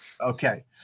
Okay